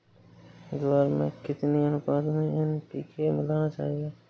ज्वार में कितनी अनुपात में एन.पी.के मिलाना चाहिए?